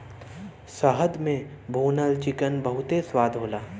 शहद में भुनल चिकन बहुते स्वाद होला